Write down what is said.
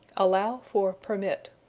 allow for permit.